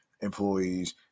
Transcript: employees